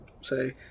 say